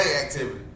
activity